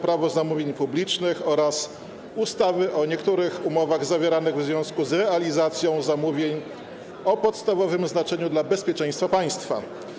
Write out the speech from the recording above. Prawo zamówień publicznych oraz ustawy o niektórych umowach zawieranych w związku z realizacją zamówień o podstawowym znaczeniu dla bezpieczeństwa państwa.